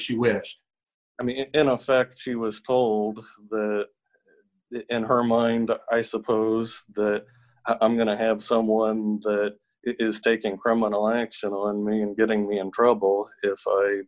wished i mean in effect she was told in her mind i suppose that i'm going to have someone that is taking criminal action on me and getting in trouble